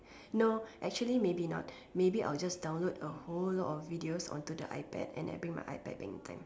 no actually maybe not maybe I'll just download a whole lot of videos onto the iPad and then bring my iPad back in time